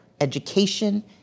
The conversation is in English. education